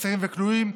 אסורים וכלואים),